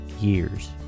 years